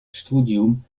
studium